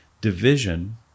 Division